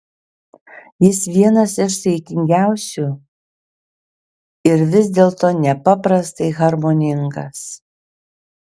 jis vienas iš saikingiausių ir vis dėlto nepaprastai harmoningas